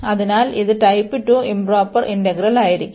അതിനാൽ ഇത് type 2 improper ഇന്റഗ്രലായിരിക്കും